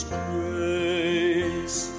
grace